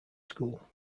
school